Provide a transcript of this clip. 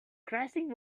crashing